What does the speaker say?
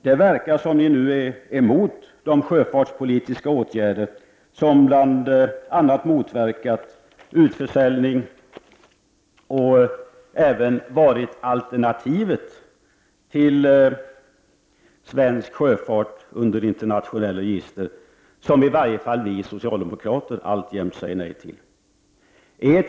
Det verkar som om Viola Claesson och Roy Ottosson nu är emot de sjöfartspolitiska åtgärder som bl.a. har motverkat utförsäljning och även har varit alternativet till svensk sjöfart under internationellt register, vilket i varje fall vi socialdemokrater alltjämt säger nej till.